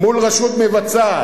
מול רשות מבצעת.